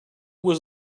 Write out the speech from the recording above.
was